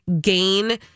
gain